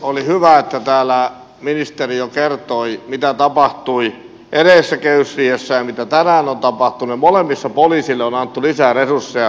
oli hyvä että täällä ministeri jo kertoi mitä tapahtui edellisessä kehysriihessä ja mitä tänään on tapahtunut ja molemmissa poliisille on annettu lisää resursseja